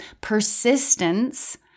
persistence